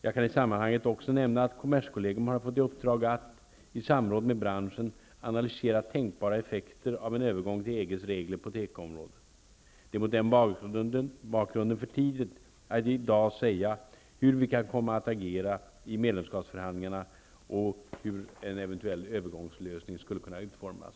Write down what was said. Jag kan i sammanhanget också nämna att kommerskollegium har fått i uppdrag att, i samråd med branschen, analysera tänkbara effekter av en övergång till EG:s regler på tekoområdet. Det är mot den bakgrunden för tidigt att i dag säga hur vi kan komma att agera i medlemskapsförhandlingarna och hur en eventuell övergångslösning skulle kunna utformas.